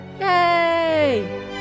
Yay